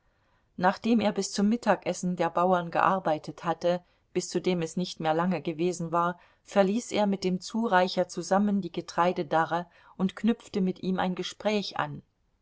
nachdem er bis zum mittagessen der bauern gearbeitet hatte bis zu dem es nicht mehr lange gewesen war verließ er mit dem zureicher zusammen die getreidedarre und knüpfte mit ihm ein gespräch an